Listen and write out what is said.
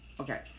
Okay